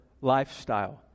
lifestyle